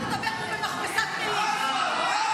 אתה לא יכול לדבר פה במכבסת מילים --- מה זה?